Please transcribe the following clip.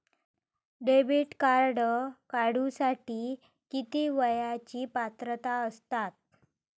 Debit card काढूसाठी किती वयाची पात्रता असतात?